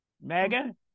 megan